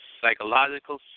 psychological